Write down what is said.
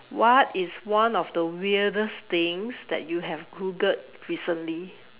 what is one of the weirdest things that you have Googled recently